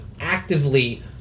actively